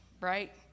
right